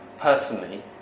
Personally